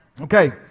Okay